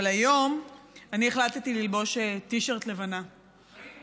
אבל היום אני החלטתי ללבוש טי-שירט לבנה, ראינו.